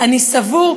"אני סבור",